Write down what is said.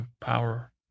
power